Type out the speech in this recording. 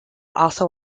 also